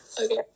Okay